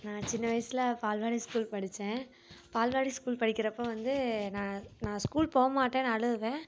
நான் சின்ன வயசில் பால்வாடி ஸ்கூல் படித்தேன் பால்வாடி ஸ்கூல் படிக்கிறப்ப வந்து நான் நான் ஸ்கூல் போக மாட்டேன்னு அழுகுவேன்